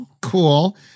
cool